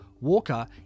Walker